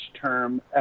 term